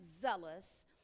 zealous